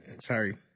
Sorry